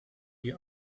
die